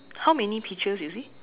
how many peaches you see